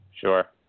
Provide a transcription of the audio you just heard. Sure